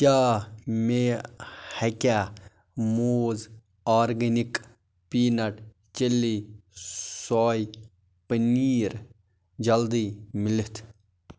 کیٛاہ مےٚ ہیٚکیٛاہ موٗز آرگینِک پیٖنٹ چِلی سوے پٔنیٖر جلدِی مِلِتھ